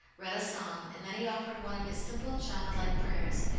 read a psalm, and then he offered one of his simple, child like prayers,